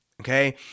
okay